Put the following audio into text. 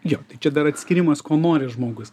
jo čia dar atskyrimas ko nori žmogus